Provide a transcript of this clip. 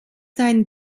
seine